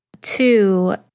two